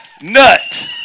nut